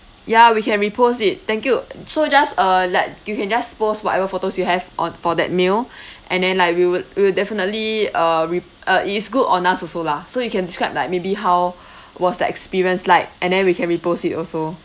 ya we can repost it thank you so just uh like you can just post whatever photos you have on for that meal and then like we would we would definitely uh re~ uh it is good on us also lah so you can describe like maybe how was the experience like and then we can repost it also